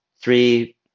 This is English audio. three